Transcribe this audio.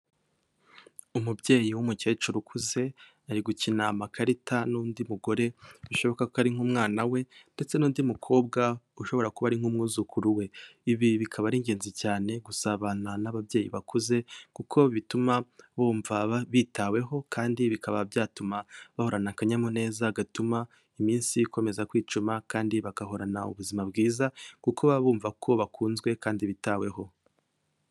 Umubyeyi w'umukecuru ukuze ari gukina amakarita n'undi mugore, bishoboka ko ari nk'umwana we, ndetse n'undi mukobwa ushobora kuba ari nk'umwuzukuru we; ibi bikaba ari ingenzi cyane gusabana n'ababyeyi bakuze, kuko bituma bumva bitaweho, kandi bikaba byatuma bahorana akanyamuneza gatuma iminsi ikomeza kwicuma, kandi bagahorana ubuzima bwiza; kuko baba bumva ko bakunzwe kandi bitaweho.